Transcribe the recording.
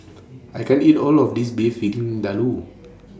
I can't eat All of This Beef Vindaloo